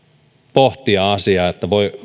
pohtia asiaa